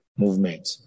movement